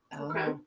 Okay